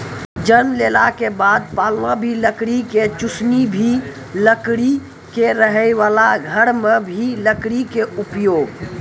जन्म लेला के बाद पालना भी लकड़ी के, चुसनी भी लकड़ी के, रहै वाला घर मॅ भी लकड़ी के उपयोग